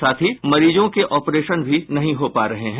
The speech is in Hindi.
साथ ही मरीजों के ऑपरेशन भी नहीं हो पा रहे हैं